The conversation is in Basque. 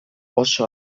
oso